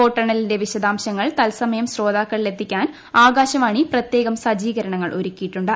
വോട്ടെണ്ണ്ണ്ലിന്റെ വിശദാംശങ്ങൾ തൽസമയം ശ്രോതാക്കളിലേക്ക് എത്തിക്കാൻ ആകാശവാണി പ്രത്യേക സജ്ജീകരണങ്ങൾ ഒരുക്കിയിട്ടുണ്ട്